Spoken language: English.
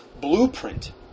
blueprint